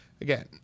Again